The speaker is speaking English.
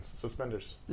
suspenders